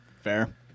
Fair